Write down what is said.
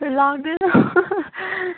खै लाग्दैन